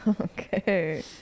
okay